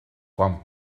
quan